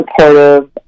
supportive